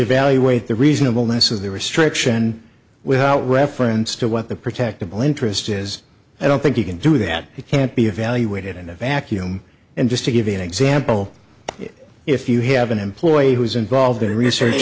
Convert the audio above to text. evaluate the reasonableness of the restriction without reference to what the protect of the interest is i don't think you can do that you can't be evaluated in a vacuum and just to give an example if you have an employee who is involved in research